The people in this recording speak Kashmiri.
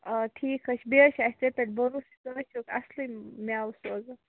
آ ٹھیٖکھ حظ چھُ بیٚیہِ حظ چھُ اَسہِ ژےٚ پٮ۪ٹھ بروسہٕ ژٕ حظ چھُکھ اصٕلے مٮیوٕ سوزان